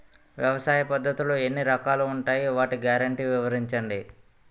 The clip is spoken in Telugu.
వ్యవసాయ పద్ధతులు ఎన్ని రకాలు ఉంటాయి? వాటి గ్యారంటీ వివరించండి?